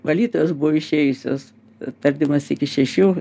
valytojos buvo išėjusios tardymas iki šešių